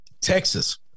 Texas